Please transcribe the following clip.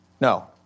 No